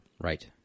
Right